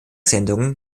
sendungen